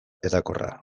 hedakorra